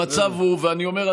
ואני אומר,